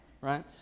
right